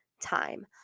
time